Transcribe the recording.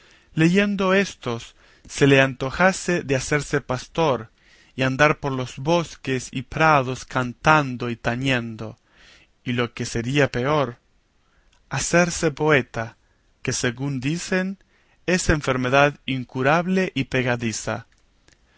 leyendo éstos se le antojase de hacerse pastor y andarse por los bosques y prados cantando y tañendo y lo que sería peor hacerse poeta que según dicen es enfermedad incurable y pegadiza